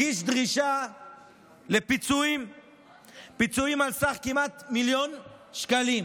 הגיש דרישה לפיצויים כמעט על סך מיליון שקל.